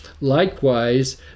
Likewise